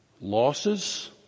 Losses